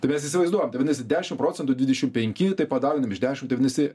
tai mes įsivaizduojam tai vadinasi dešimt procentų dvidešimt penki tai padauginam iš dešimt tai vadinasi